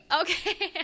Okay